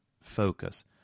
focus